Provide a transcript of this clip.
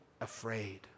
afraid